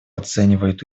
оценивает